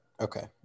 okay